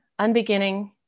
unbeginning